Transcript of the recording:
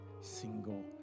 single